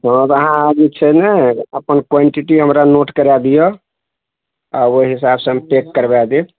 हँ तऽ अहाँ आब जे छै ने अपन क्वांटिटी हमरा नोट करा दिअ आओर ओइ हिसाबसँ हम पैक करबा देब